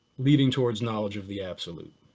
leading towards knowledge of the absolute.